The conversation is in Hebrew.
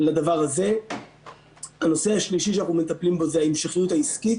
הנושא השלישי שאנחנו מטפלים בו הוא ההמשכיות העסקית